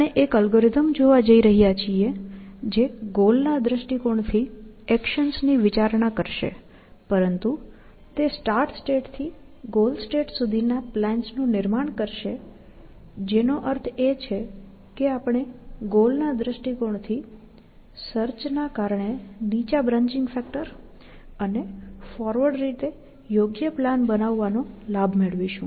આપણે એક અલ્ગોરિધમ જોવા જઈ રહ્યા છીએ જે ગોલના દ્રષ્ટિકોણથી એક્શન્સની વિચારણા કરશે પરંતુ તે સ્ટાર્ટ સ્ટેટથી ગોલ સ્ટેટ સુધીના પ્લાન્સ નું નિર્માણ કરશે જેનો અર્થ એ છે કે આપણે ગોલના દ્રષ્ટિકોણથી સર્ચ ના કારણે નીચા બ્રાંન્ચિંગ ફેક્ટર અને ફોરવર્ડ રીતે યોગ્ય પ્લાન બનાવવા નો લાભ મેળવીશું